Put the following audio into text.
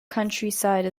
countryside